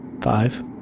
five